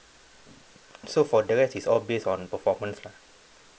so for the rest it's all based on performance lah